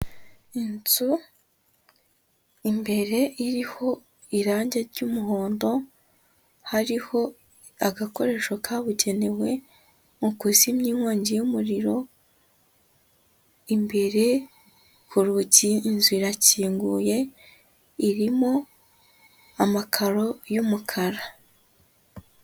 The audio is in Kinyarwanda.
Inzu imbere iriho irangi ry'umuhondo, hariho agakoresho kabugenewe mu kuzimya inkongi y'umuriro, imbere ku rugi inzu irakinguye, irimo amakaro y'umukara.